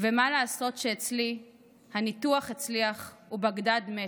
"ומה לעשות שאצלי / הניתוח הצליח ובגדד / מתה.